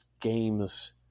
games